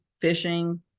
fishing